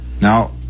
Now